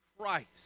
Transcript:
Christ